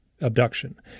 abduction